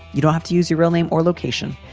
you don't have to use your real name or location.